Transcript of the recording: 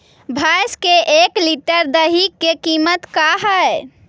भैंस के एक लीटर दही के कीमत का है?